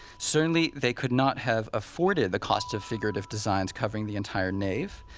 certainly they could not have afforded the cost of figurative designs covering the entire nave.